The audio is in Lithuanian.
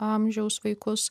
amžiaus vaikus